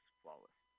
flawless